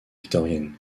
victorienne